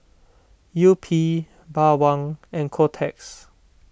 Yupi Bawang and Kotex